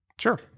Sure